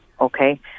Okay